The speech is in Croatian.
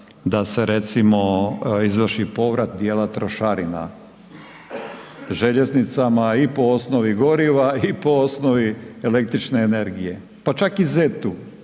da se recimo izvrši povrat djela trošarina željeznicama i po osnovi goriva i po osnovi električne energije pa čak i ZET-u,